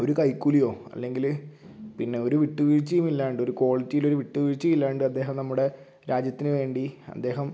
ഒരു കൈക്കൂലിയോ അല്ലെങ്കിൽ പിന്നെ ഒരു വിട്ട് വീഴ്ചയും ഇല്ലാണ്ട് ക്വാളിറ്റിയിൽ ഒരു വിട്ട് വീഴ്ചയില്ലാണ്ട് അദ്ദേഹം നമ്മുടെ രാജ്യത്തിന് വേണ്ടി അദ്ദേഹം